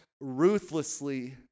ruthlessly